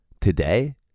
Today